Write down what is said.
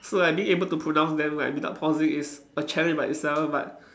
so like being able to pronounce them like without pausing is a challenge by itself but